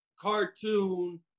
cartoon